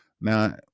now